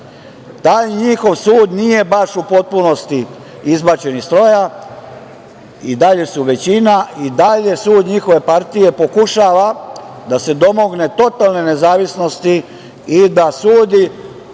Taj njihov sud nije baš u potpunosti izbačen iz stroja i dalje su većina i dalje sud njihove partije pokušava da se domogne totalne nezavisnosti i da taj